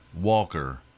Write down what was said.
Walker